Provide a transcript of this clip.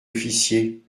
officier